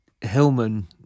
Hillman